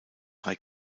drei